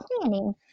planning